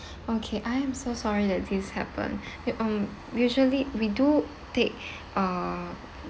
okay I am so sorry that this happened um usually we do take uh